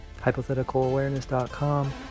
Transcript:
hypotheticalawareness.com